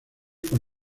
con